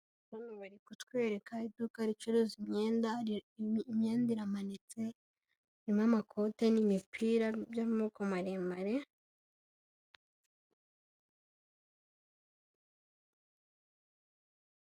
Hano ari kutwereka iduka ricuruza imyenda, imyenda iramanitse irimo amakote n'imipira by'amaboko maremare...